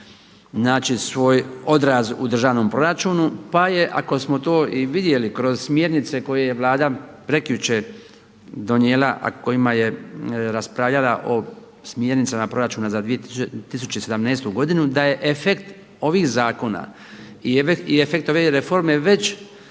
naći svoj odraz u državnom proračunu pa je, ako smo to i vidjeli kroz smjernice koje je Vlada prekjučer donijela, a kojima je raspravljala o smjernicama proračuna za 2017. godinu, da je efekt ovih zakona i efekt ove reforme već